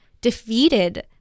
defeated